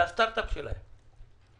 זה הסטארט-אפ שלהם